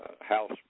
House